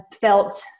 felt